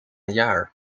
jaar